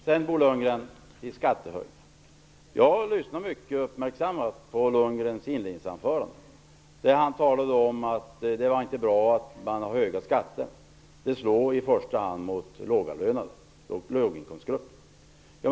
Sedan, Bo Lundgren, till skattehöjningarna: Jag har lyssnat mycket uppmärksamt på Bo Lundgrens inledningsanförande, där han talade om att det inte var bra att ha höga skatter och att de i första hand slår mot låginkomstgrupperna.